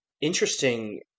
interesting